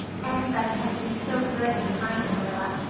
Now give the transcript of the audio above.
everybody has been so good and kind, marilla,